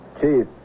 Chief